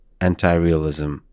anti-realism